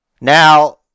Now